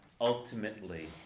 ultimately